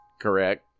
correct